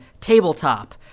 tabletop